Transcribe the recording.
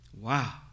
Wow